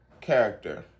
character